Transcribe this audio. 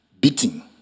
beating